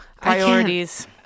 priorities-